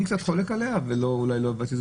אני קצת חולק עליה ואולי לא עשיתי זאת